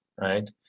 right